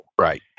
Right